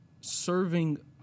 serving